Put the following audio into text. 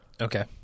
Okay